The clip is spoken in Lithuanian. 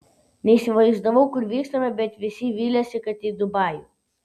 neįsivaizdavau kur vyksime bet visi vylėsi kad į dubajų